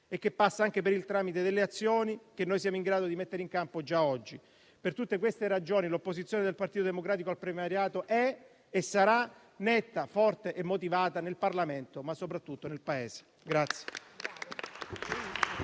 e che passa anche per il tramite delle azioni che siamo in grado di mettere in campo già oggi. Per tutte queste ragioni, l'opposizione del Partito Democratico al premierato è e sarà netta, forte e motivata nel Parlamento, ma soprattutto nel Paese.